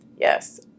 Yes